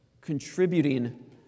contributing